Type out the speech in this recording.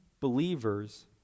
believers